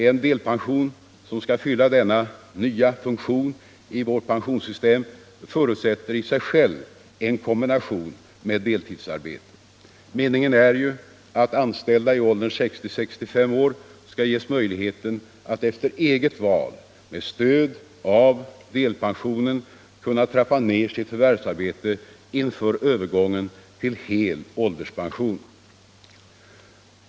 En delpension som skall fylla denna nya funktion i vårt pensionssystem förutsätter i sig själv en kombination med deltidsarbete. Meningen är ju att anställda i åldern 60-65 år skall ges möjligheten att efter eget val med stöd av delpensionen kunna trappa ner sitt förvärvsarbete inför övergången till hel ålderspension.